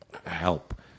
Help